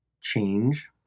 change